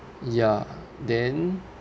ya then